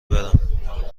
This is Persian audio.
برم